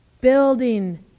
Building